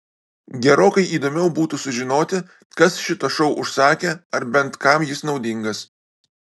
gerokai įdomiau būtų sužinoti kas šitą šou užsakė ar bent kam jis naudingas